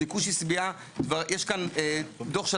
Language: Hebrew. יש פה דוח,